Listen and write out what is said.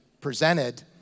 presented